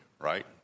right